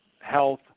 health